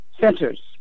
centers